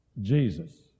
Jesus